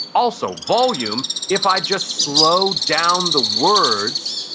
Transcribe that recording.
also, volume, if i just slow down the words,